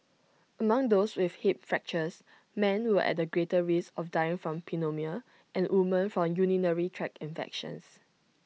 among those with hip fractures men were at greater risk of dying from pneumonia and women from urinary tract infections